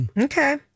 Okay